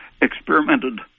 experimented